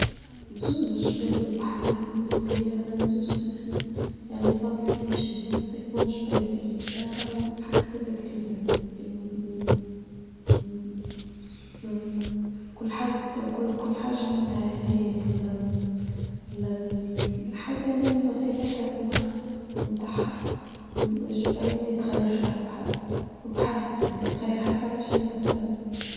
زوز الجبل والبحر بالنسبة لي أنا زوز سمحي يعني فضلك نمشي البلاصة يكون جبل قريب لها والبحر زادة قريب يعني يكون بين البينين كل حاجة عندها هكاية كلها يعني عندها صفاتها سمحة تاحها الجبل ما يتغيرش على البحر والبحر في الصف ما يتغير حتى على شيء مثلا.